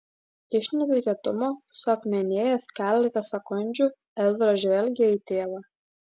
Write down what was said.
iš netikėtumo suakmenėjęs keletą sekundžių ezra žvelgė į tėvą